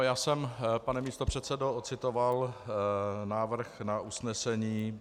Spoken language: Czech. Já jsem, pane místopředsedo, odcitoval návrh na usnesení.